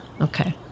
okay